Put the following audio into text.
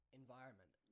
environment